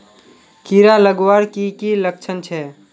कीड़ा लगवार की की लक्षण छे?